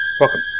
Welcome